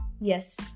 Yes